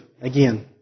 again